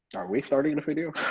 are we starting the video?